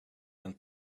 and